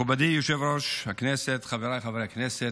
מכובדי יושב-ראש הישיבה, חבריי חברי הכנסת,